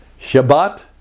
Shabbat